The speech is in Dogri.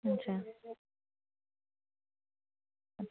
अच्छा